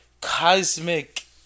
cosmic